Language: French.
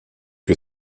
que